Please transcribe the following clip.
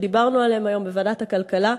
ודיברנו עליהן היום בוועדת הכלכלה,